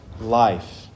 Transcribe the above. life